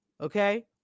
Okay